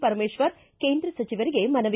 ಪರಮೇಶ್ವರ್ ಕೇಂದ್ರ ಸಚಿವರಿಗೆ ಮನವಿ